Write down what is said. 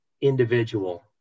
individual